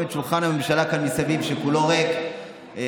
שולחן הממשלה כאן מסביב כולו ריק,